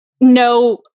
no